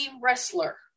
wrestler